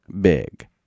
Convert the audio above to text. big